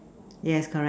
yes correct